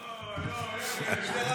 אוי, אוי, ארז, ירדת נמוך.